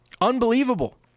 Unbelievable